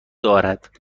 دارد